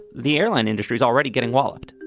the airline industry is already getting walloped.